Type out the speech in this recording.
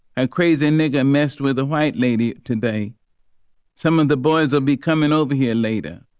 and crazy nigga messed with a white lady. today some of the boys will be coming over here later.